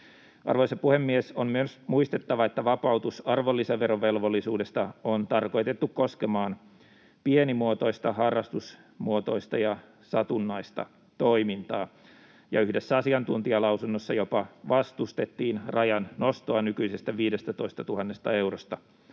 Arvoisa puhemies! On myös muistettava, että vapautus arvonlisäverovelvollisuudesta on tarkoitettu koskemaan pienimuotoista, harrastusmuotoista ja satunnaista toimintaa. Yhdessä asiantuntijalausunnossa jopa vastustettiin rajan nostoa nykyisestä 15 000 eurosta